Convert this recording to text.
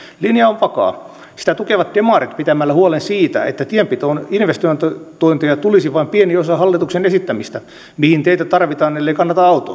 linja on vakaa sitä tukevat demarit pitämällä huolen siitä että tienpitoon investointeja tulisi vain pieni osa hallituksen esittämistä mihin tarvitaan teitä ellei